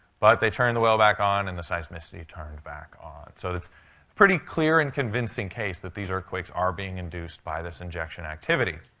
but they turned the well back on, and the seismicity turned back on. so it's a pretty clear and convincing case that these earthquakes are being induced by this injection activity.